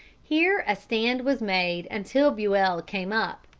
here a stand was made until buell came up,